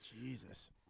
Jesus